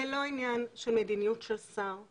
זה לא עניין של מדיניות של שר,